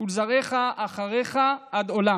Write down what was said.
ולזרעך אחריך עד עולם.